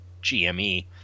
GME